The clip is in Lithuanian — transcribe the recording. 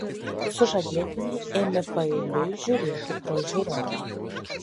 sužadėtiniai ėmė paeiliui žiūrėti pro žiūroną